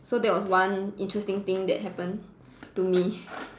so that was one interesting thing that happened to me